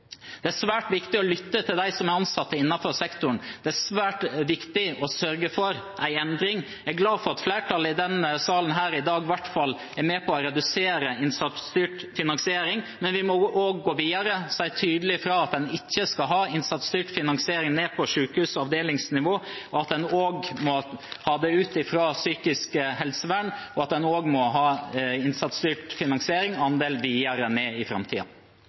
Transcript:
Det er svært viktig å lytte til dem som er ansatt innenfor sektoren, og det er svært viktig å sørge for en endring. Jeg er glad for at flertallet i denne salen her i dag i hvert fall er med på å redusere innsatsstyrt finansiering. Men vi må gå videre og si tydelig fra om at en ikke skal ha innsatsstyrt finansiering ned på sykehus- og avdelingsnivå, at en også må ha det ut av psykisk helsevern, og at andelen innsatsstyrt finansiering i framtiden må videre ned.